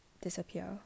disappear